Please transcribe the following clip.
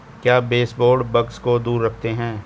क्या baseboard bugs को दूर रखते हैं?